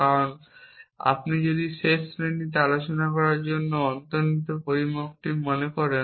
কারণ আপনি যদি শেষ শ্রেণীতে আলোচনা করার জন্য অন্তর্নিহিত পরিমাপকটি মনে রাখেন